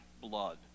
blood